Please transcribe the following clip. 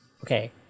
Okay